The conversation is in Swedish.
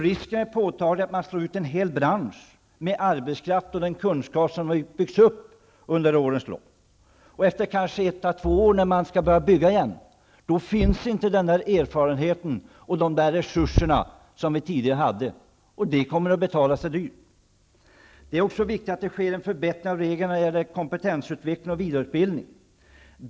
Risken är påtaglig att man slår ut en hel bransch, med den arbetskraft och den kunskap som har byggts upp under årens lopp. Efter kanske ett à två år, när man skall börja bygga igen, då finns inte den erfarenhet och de resurser som vi hade tidigare. Det kommer vi att få betala dyrt. Det är också viktigt att det sker en förbättring av reglerna när det gäller kompetensutveckling och vidareutbildning.